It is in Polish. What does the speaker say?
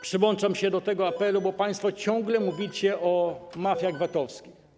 Przyłączam się do tego apelu, bo państwo ciągle mówicie o mafiach VAT-owskich.